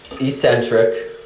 eccentric